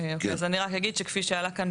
אני רק אגיד שכפי שעלה כאן,